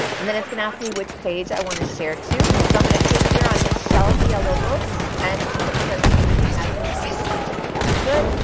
and then it's gonna ask me which page i want to share to. so, i'm going to click here on michelle villalobos. and it says posting as michelle villalobos. that's good.